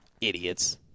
Idiots